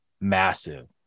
massive